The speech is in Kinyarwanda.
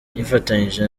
nifatanyije